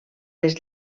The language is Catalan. les